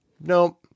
nope